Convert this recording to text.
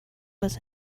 was